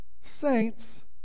Saints